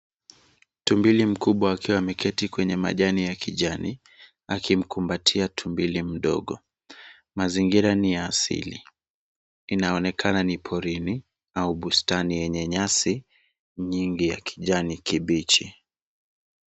Tumbili mkubwa akiwa ameketi kwenye majani ya kijani akimkumbatia tumbili mdogo mazingira ni ya asili inaonekana ni porini au bustani yenye nyasi nyingi ya kijani kibichi.